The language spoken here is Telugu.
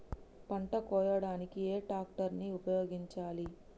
పంట కోయడానికి ఏ ట్రాక్టర్ ని ఉపయోగించాలి?